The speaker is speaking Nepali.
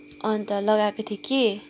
अन्त लगाएको थिएँ कि